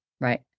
right